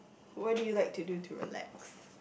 what do you like to do to relax